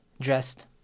dressed